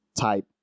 type